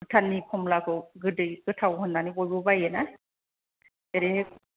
भुटाननि कमलाखौ गोदै गोथाव होन्नानै बयबो बायोना ओरैनो